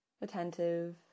attentive